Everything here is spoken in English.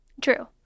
true